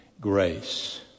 grace